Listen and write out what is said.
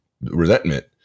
resentment